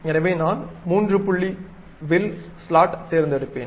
எனவே நான் மூன்று புள்ளி வில் ஸ்லாட் தேர்ந்தெடுப்பேன்